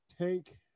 Tank